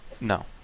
No